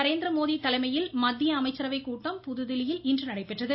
நரேந்திர மோடி தலைமையில் மத்திய அமைச்சரவை கூட்டம் புதுதில்லியில் இன்று நடைபெற்றது